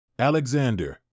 Alexander